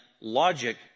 logic